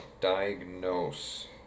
diagnose